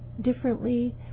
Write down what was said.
differently